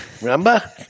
Remember